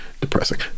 depressing